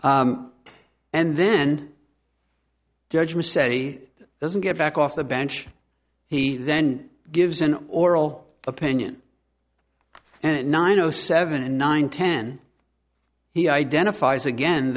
and then judgement said he doesn't get back off the bench he then gives an oral opinion and at nine o seven and nine ten he identifies again